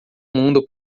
mundo